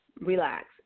relax